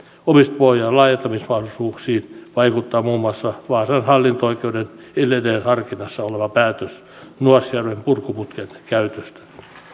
omistuspohjan laajentamismahdollisuuksiin vaikuttaa muun muassa vaasan hallinto oikeudessa edelleen harkinnassa oleva päätös nuasjärven purkuputken käytöstä